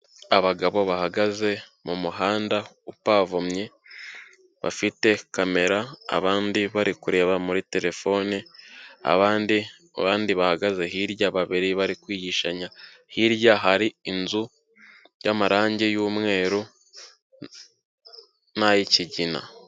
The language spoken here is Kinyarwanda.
Abagabo bahagaze mu muhanda upavomye, bafite kamera abandi bari kureba muri terefone, abandi bahagaze hirya babiri bari kwihishanya, hirya hari inzu y'amarangi y'umweru, n'ay'ikigina.